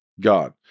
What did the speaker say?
God